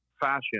fashion